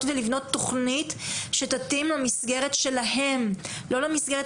ולבנות תכנית שתתאים למסגרת שלהם - לא למסגרת